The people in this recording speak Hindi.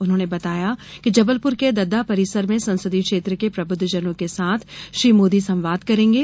उन्होने बताया कि जबलपुर के दददा परिसर में संसदीय क्षेत्र के प्रबुद्धजनों के साथ श्री मोदी संवाद करेंगे